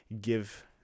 give